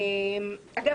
אגב,